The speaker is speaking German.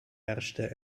herrschte